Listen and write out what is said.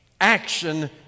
action